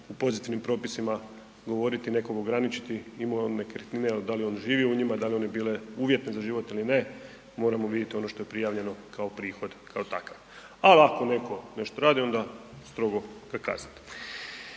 u pozitivnim propisima govoriti, nekom ograničiti imao on nekretnine ili da li on živio u njima, da li one bile uvjetne za život ili ne, moramo vidjeti ono što je prijavljeno kao prihod kao takav. Ali, ako netko nešto radi onda strogo kazniti.